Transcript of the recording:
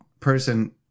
Person